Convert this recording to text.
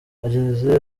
ageze